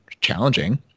challenging